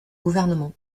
gouvernement